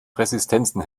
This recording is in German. resistenzen